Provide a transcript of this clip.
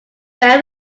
bear